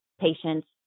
patients